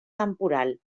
temporal